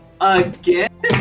Again